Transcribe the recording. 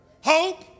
Hope